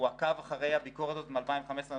עקב אחרי הביקורת הזאת מ-2015,